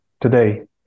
today